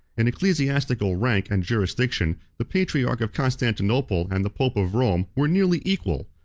in ecclesiastical rank and jurisdiction, the patriarch of constantinople and the pope of rome were nearly equal.